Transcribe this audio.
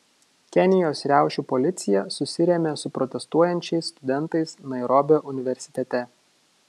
kenijos riaušių policija susirėmė su protestuojančiais studentais nairobio universitete